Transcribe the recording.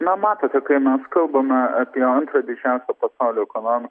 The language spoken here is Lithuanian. na matote kai mes kalbame apie antrą didžiausią pasaulio ekonomiką